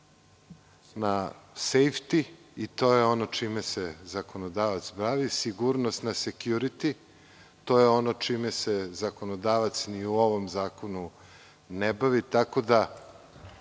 na „sejfti“ i to je ono čime se zakonodavac bavi. Sigurnost na „sekjuriti“, to je ono čime se zakonodavac ni u ovom zakonu ne bavi, tako da